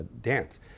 dance